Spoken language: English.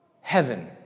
heaven